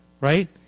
Right